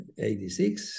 86